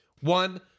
one